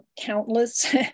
countless